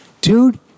Dude